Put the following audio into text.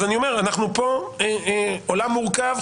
אני אומר שאנחנו כאן בעולם מורכב,